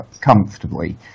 comfortably